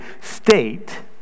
state